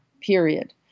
period